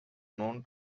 known